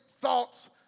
thoughts